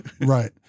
Right